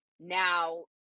now